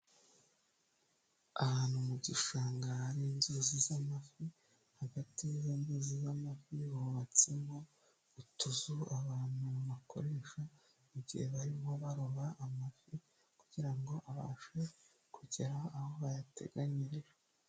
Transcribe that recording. Ahantu mu gishanga, hari inzuzi z'amafi, hagati y'abambizi z'amafi hubatsemo utuzu, abantu bakoresha mu igihe barimo baroba amafi, kugira ngo abashe kugera aho bayateganyirije.